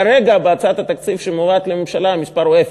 כרגע, בהצעת התקציב שמובאת לממשלה, המספר הוא אפס.